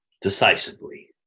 decisively